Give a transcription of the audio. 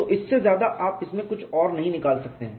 तो इससे ज्यादा आप इसमें कुछ और नहीं निकाल सकते हैं